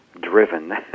driven